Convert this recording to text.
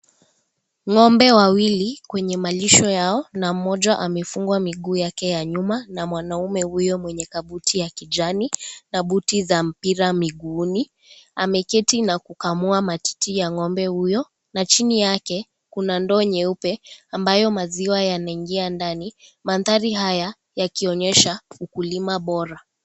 Ng'ombe wawili kwenye malisho yao na mmoja amefungwa miguu yake ya nyuma na mwanaume huyo mwenye kaburi la kijani na buti za mpira miguuni na anaamua matiti ya ng'ombe huyo chini yake kuna ndoo nyeupe ambayo maziwa yanaingia ndani mandhari yakionyesha ukulima bora.